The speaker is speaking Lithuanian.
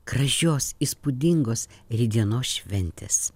gražios įspūdingos rytdienos šventės